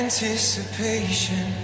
anticipation